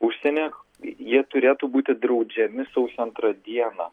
užsieny jie turėtų būti draudžiami sausio antrą dieną